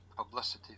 publicity